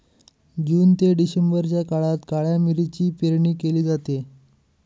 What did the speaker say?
जून ते डिसेंबरच्या काळात काळ्या मिरीची पेरणी केली जाते